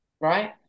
right